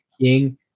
King